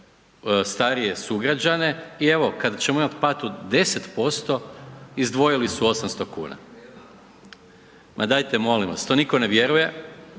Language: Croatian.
starije sugrađane i evo, kad ćemo imati pad od 10%, izdvojili su 800 kuna. Ma dajte molim vas, to nitko ne vjeruje,